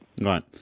Right